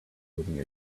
moving